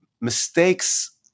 mistakes